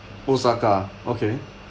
osaka okay